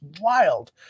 wild